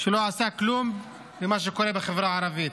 שלא עשה כלום בקשר למה שקורה בחברה הערבית.